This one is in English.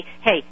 hey